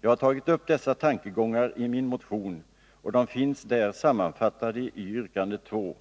Jag har tagit upp dessa tankegångar i min motion, och de finns där sammanfattade i yrkande 2.